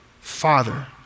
Father